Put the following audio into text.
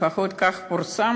לפחות כך פורסם,